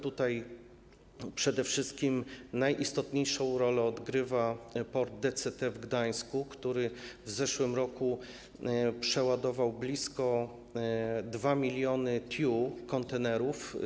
Tutaj przede wszystkim najistotniejszą rolę odgrywa port DCT w Gdańsku, który w zeszłym roku przeładował blisko 2 mln TEU kontenerów.